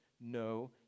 no